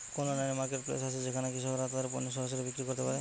কোন online marketplace আছে যেখানে কৃষকরা তাদের পণ্য সরাসরি বিক্রি করতে পারে?